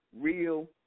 real